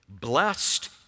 blessed